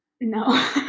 No